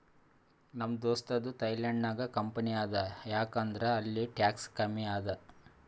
ನಮ್ ದೋಸ್ತದು ಥೈಲ್ಯಾಂಡ್ ನಾಗ್ ಕಂಪನಿ ಅದಾ ಯಾಕ್ ಅಂದುರ್ ಅಲ್ಲಿ ಟ್ಯಾಕ್ಸ್ ಕಮ್ಮಿ ಅದಾ